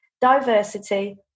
diversity